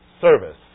Service